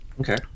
Okay